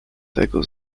tego